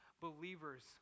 believers